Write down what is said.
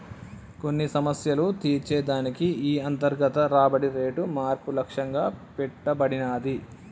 కొన్ని సమస్యలు తీర్చే దానికి ఈ అంతర్గత రాబడి రేటు మార్పు లక్ష్యంగా పెట్టబడినాది